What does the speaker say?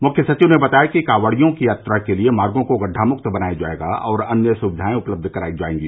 मुख्य सचिव ने बताया कि कॉवड़ियों की यात्रा के लिए मार्गो को गड़ढ़ामुक्त बनाया जायेगा और अन्य सुविधायें उपलब्ध करायी जायेंगी